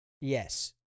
Yes